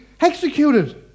executed